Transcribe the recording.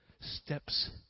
steps